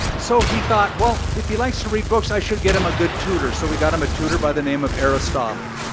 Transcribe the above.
so he thought, well, if he likes to read books. i should get him a good tutor. so we got him a tutor by the name of aristotle.